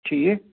ٹھیٖک ٹھیٖک